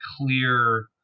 clear